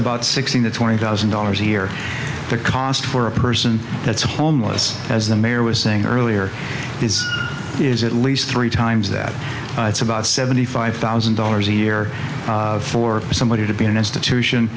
about sixteen to twenty thousand dollars a year the cost for a person that's homeless as the mayor was saying earlier this is at least three times that it's about seventy five thousand dollars a year for somebody to be in an institution